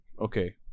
okay